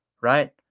Right